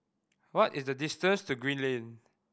what is the distance to Green Lane